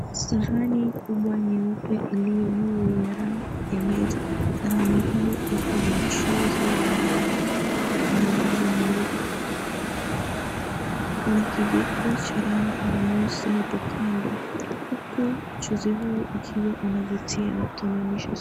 Sahani kubwa nyeupe iliyojuu ya rangi ya meza. Sahani hiyo ikona mchuzi wa nyama na wali mweupe. Kuna kijiko cha rangi nyeusi hapo kando huku mchuzi huo ukiwa unavutia na kutamanishwa.